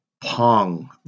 Pong